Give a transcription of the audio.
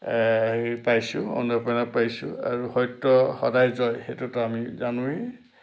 হেৰি পাইছোঁ অনুপ্ৰেৰণা পাইছোঁ আৰু সত্য় সদায় জয় সেইটোতো আমি জানোৱেই